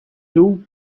doe